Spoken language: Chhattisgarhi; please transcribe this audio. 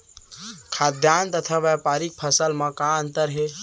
खाद्यान्न तथा व्यापारिक फसल मा का अंतर हे?